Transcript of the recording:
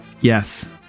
Yes